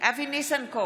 אבי ניסנקורן,